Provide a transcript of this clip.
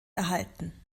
erhalten